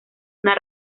una